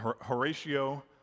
Horatio